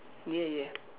yeah yeah